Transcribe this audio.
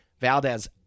Valdez